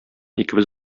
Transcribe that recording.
икебез